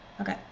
okay